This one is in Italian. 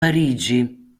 parigi